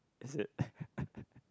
is it